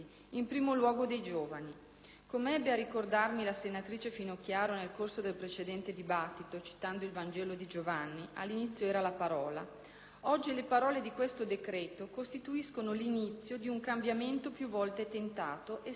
Come ebbe a ricordarmi la senatrice Finocchiaro nel corso del precedente dibattito, citando il Vangelo di Giovanni, "all'inizio era la parola". Oggi le parole di questo decreto costituiscono l'inizio di un cambiamento più volte tentato e sempre rimasto incompiuto;